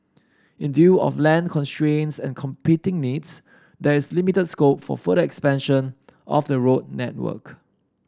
in view of land constraints and competing needs there is limited scope for further expansion of the road network